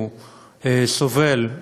הוא סובל,